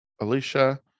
Alicia